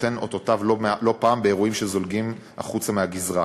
נותנת אותותיה לא פעם באירועים שזולגים החוצה מהגזרה.